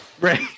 Right